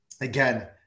Again